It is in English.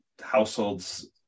households